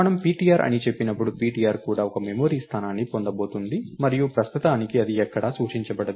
మనము ptr అని చెప్పినప్పుడు ptr కూడా ఒక మెమరీ స్థానాన్ని పొందబోతోంది మరియు ప్రస్తుతానికి అది ఎక్కడా సూచించబడదు